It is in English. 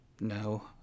no